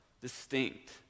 Distinct